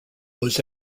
was